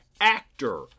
actor